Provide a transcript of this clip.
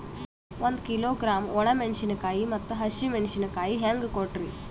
ಒಂದ ಕಿಲೋಗ್ರಾಂ, ಒಣ ಮೇಣಶೀಕಾಯಿ ಮತ್ತ ಹಸಿ ಮೇಣಶೀಕಾಯಿ ಹೆಂಗ ಕೊಟ್ರಿ?